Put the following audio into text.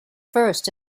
first